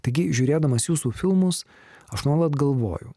taigi žiūrėdamas jūsų filmus aš nuolat galvoju